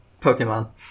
Pokemon